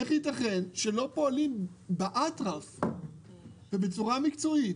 איך ייתכן שלא פועלים באטרף ובצורה מקצועית,